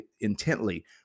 intently